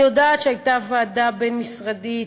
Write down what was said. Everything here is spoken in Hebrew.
אני יודעת שהייתה ועדה בין-משרדית,